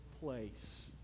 place